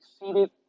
exceeded